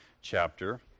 chapter